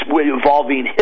involving